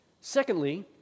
Secondly